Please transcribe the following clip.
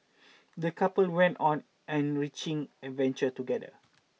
the couple went on enriching adventure together